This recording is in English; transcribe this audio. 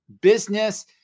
business